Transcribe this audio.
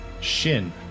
shin